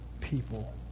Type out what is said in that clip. people